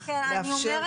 לאפשר,